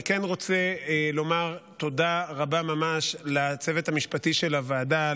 אני כן רוצה לומר תודה רבה ממש לצוות המשפטי של הוועדה,